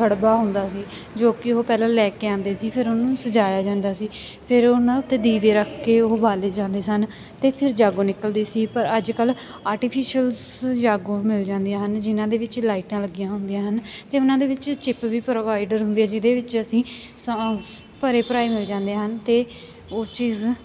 ਗੜਬਾ ਹੁੰਦਾ ਸੀ ਜੋ ਕਿ ਉਹ ਪਹਿਲਾਂ ਲੈ ਕੇ ਆਉਂਦੇ ਸੀ ਫਿਰ ਉਹਨੂੰ ਸਜਾਇਆ ਜਾਂਦਾ ਸੀ ਫਿਰ ਉਹਨਾਂ 'ਤੇ ਦੀਵੇ ਰੱਖ ਕੇ ਉਹ ਬਾਲੇ ਜਾਂਦੇ ਸਨ ਅਤੇ ਫਿਰ ਜਾਗੋ ਨਿਕਲਦੀ ਸੀ ਪਰ ਅੱਜ ਕੱਲ੍ਹ ਆਰਟੀਫਿਸ਼ਲਸ ਜਾਗੋ ਮਿਲ ਜਾਂਦੀਆਂ ਹਨ ਜਿਨ੍ਹਾਂ ਦੇ ਵਿੱਚ ਲਾਈਟਾਂ ਲੱਗੀਆਂ ਹੁੰਦੀਆਂ ਹਨ ਅਤੇ ਉਹਨਾਂ ਦੇ ਵਿੱਚ ਚਿੱਪ ਵੀ ਪ੍ਰੋਵਾਈਡਰ ਹੁੰਦੀ ਹੈ ਜਿਹਦੇ ਵਿੱਚ ਅਸੀਂ ਸੌਂਗਸ ਭਰੇ ਭਰਾਏ ਮਿਲ ਜਾਂਦੇ ਹਨ ਅਤੇ ਉਸ ਚੀਜ਼